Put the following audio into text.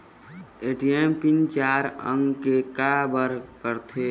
ATM pin चार अंक के का बर करथे?